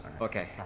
okay